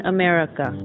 America